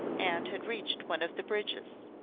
and had reached one of the bridges.